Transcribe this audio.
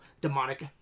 demonic